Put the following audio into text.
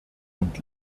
und